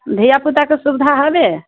धिआपुता कऽ सुविधा हबे